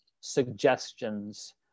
suggestions